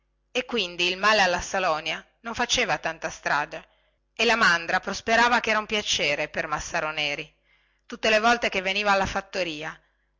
e quindi il male alla salonia non faceva tanta strage e la mandra prosperava chera un piacere per massaro neri tutte le volte che veniva alla fattoria